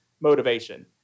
motivation